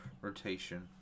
rotation